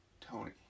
Tony